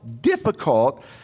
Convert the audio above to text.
difficult